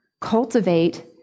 cultivate